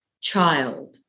child